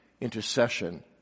intercession